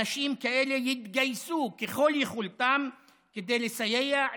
אנשים כאלה יתגייסו ככל יכולתם כדי לסייע,